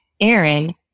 Aaron